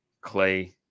clay